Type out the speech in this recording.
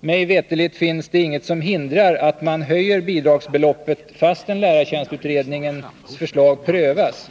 Mig veterligt finns det inget som hindrar att man höjer bidragsbeloppet fastän lärartjänstutredningens förslag prövas.